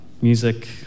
music